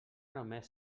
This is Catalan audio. només